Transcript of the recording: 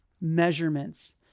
measurements